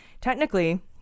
Technically